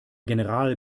general